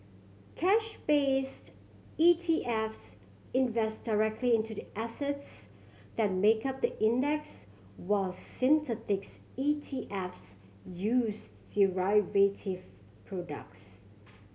cash based E T Fs invest directly into the assets that make up the index while synthetic E T Fs use derivative products